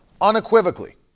Unequivocally